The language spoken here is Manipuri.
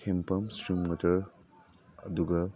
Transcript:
ꯍꯦꯟꯄꯝ ꯏꯁꯇ꯭ꯔꯤꯝ ꯋꯥꯇꯔ ꯑꯗꯨꯒ